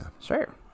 sure